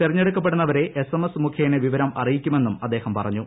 തിരഞ്ഞെടുക്കപ്പെടുന്നവരെ S M S മുഖേന വിവരം അറിയിക്കുമെന്നും അദ്ദേഹം പറഞ്ഞു